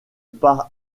part